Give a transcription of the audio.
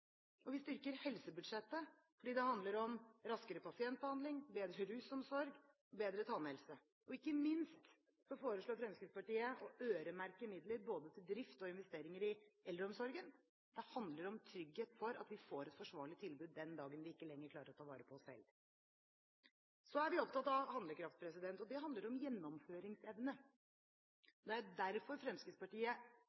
alderdommen. Vi styrker helsebudsjettet, for det handler om raskere pasientbehandling, bedre rusomsorg og bedre tannhelse. Ikke minst foreslår Fremskrittspartiet å øremerke midler både til drift og investeringer i eldreomsorgen. Det handler om trygghet for at vi får et forsvarlig tilbud den dagen vi ikke lenger klarer å ta vare på oss selv. Så er vi opptatt av handlekraft. Det handler om gjennomføringsevne.